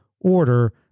order